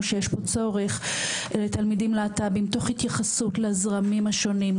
שיש פה צורך לתלמידים להט"בים תוך התייחסות לזרמים השונים,